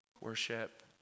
worship